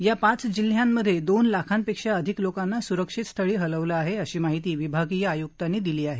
या पाच जिल्ह्यात दोन लाखांपेक्षा अधिक लोकांना सुरक्षित स्थळी हलवलं आहे अशी माहिती विभागीय आयुक्तांनी दिली आहे